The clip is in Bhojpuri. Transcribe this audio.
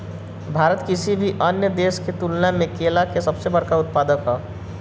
भारत किसी भी अन्य देश की तुलना में केला के सबसे बड़ा उत्पादक ह